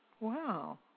Wow